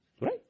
Right